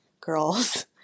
girls